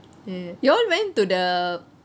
you all went to the